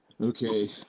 Okay